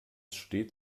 steht